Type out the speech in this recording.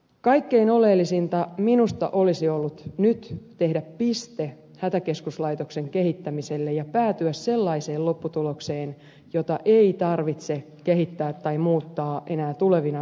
kaikkein oleellisinta minusta olisi ollut nyt tehdä piste hätäkeskuslaitoksen kehittämiselle ja päätyä sellaiseen lopputulokseen jota ei tarvitse kehittää tai muuttaa enää tulevina lähivuosina